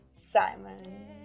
Simon